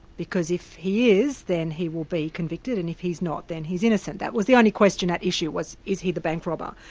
because if he is, then he will be convicted, and if he's not, then he's innocent. that was the only question at issue, was is he the bank robber?